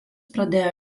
pradėjo